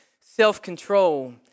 self-control